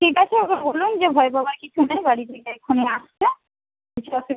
ঠিক আছে ওকে বলুন যে ভয় পাওয়ার কিছু নেই বাড়ি থেকে এক্ষুণি আসছে